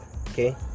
Okay